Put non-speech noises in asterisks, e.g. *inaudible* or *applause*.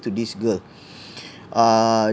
to this girl *breath* uh